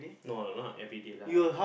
no lah not everyday lah